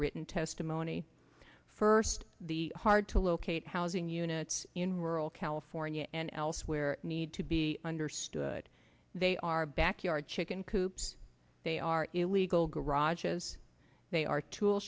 written testimony first the hard to locate housing units in rural california and elsewhere need to be understood they are backyard chicken coops they are illegal garages they are tool